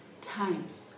times